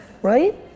Right